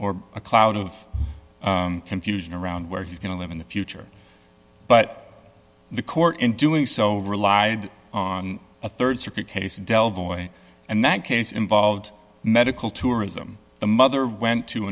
or a cloud of confusion around where he's going to live in the future but the court in doing so relied on a rd circuit case del boy and that case involved medical tourism the mother went to